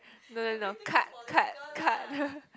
no no no cut cut cut